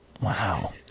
Wow